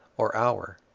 or hour,